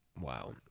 Wow